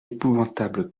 épouvantable